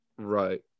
Right